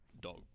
dog